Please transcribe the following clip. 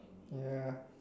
ya